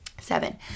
seven